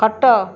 ଖଟ